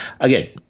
again